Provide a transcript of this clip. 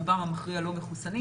רובים המכריע לא מחוסן,